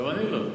גם אני לא.